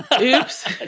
oops